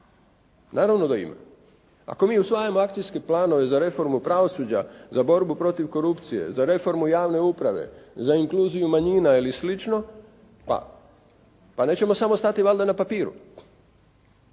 Naravno da ima. Ako mi usvajamo akcijske planove za reformu pravosuđa, za borbu protiv korupcije, za reformu javne uprave, za inkluziju manjina ili slično, pa nećemo samo stati valjda na papiru.